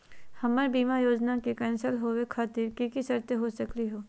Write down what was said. हमर बीमा योजना के कैन्सल होवे खातिर कि कि शर्त हो सकली हो?